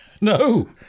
No